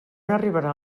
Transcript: arribarà